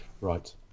Right